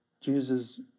Jesus